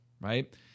Right